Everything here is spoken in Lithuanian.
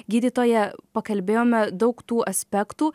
gydytoja pakalbėjome daug tų aspektų